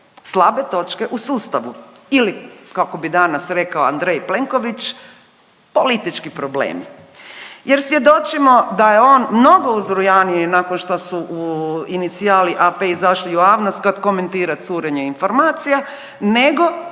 Slabe točke u sustavu ili kako bi danas rekao Andrej Plenković, politički problemi jer svjedočimo da je on mnogo uzrujaniji nakon što su inicijali AP izašli u javnost kad komentira curenje informacija, nego